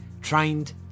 trained